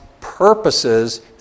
purposes